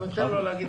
אנחנו נאפשר לו.